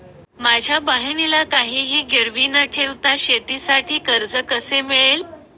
माझ्या बहिणीला काहिही गिरवी न ठेवता शेतीसाठी कर्ज कसे मिळेल?